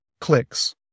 clicks